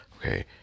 Okay